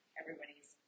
everybody's